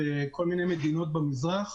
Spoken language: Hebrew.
בכל מיני מדינות במזרח,